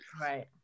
right